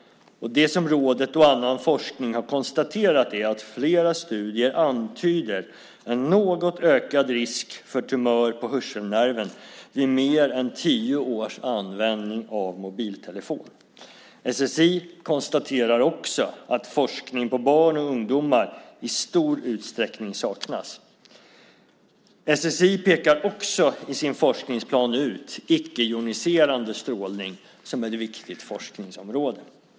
Det som rådet och annan forskning har konstaterat är att flera studier antyder en något ökad risk för tumör på hörselnerven vid mer än tio års användning av mobiltelefon. SSI konstaterar också att forskning på barn och ungdomar i stor utsträckning saknas. SSI pekar också i sin forskningsplan ut icke-joniserande strålning som ett viktigt forskningsområde.